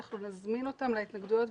אנחנו נזמין אותם להתנגדויות,